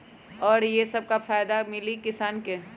और ये से का फायदा मिली किसान के?